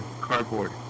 Cardboard